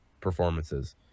performances